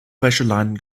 wäscheleinen